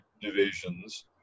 divisions